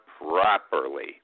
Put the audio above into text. properly